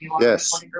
Yes